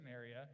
area